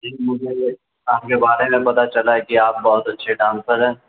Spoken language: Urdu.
جی مجھے آپ کے بارے میں پتا چلا ہے کہ آپ بہت اچھے ڈانسر ہیں